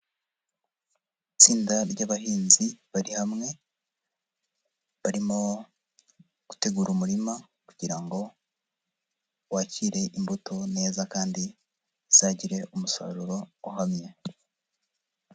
Itsinda ry'abahinzi bari hamwe, barimo gutegura umurima kugira ngo wakire imbuto neza kandi uzagire umusaruro uhamye.